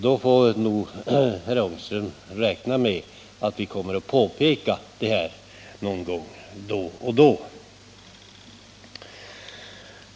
Så herr Ångström får nog räkna med att vi kommer att påpeka detta faktum någon gång då och då.